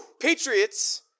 Patriots